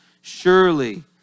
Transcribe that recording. Surely